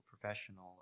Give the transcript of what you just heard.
professional